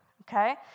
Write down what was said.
Okay